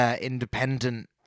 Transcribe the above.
independent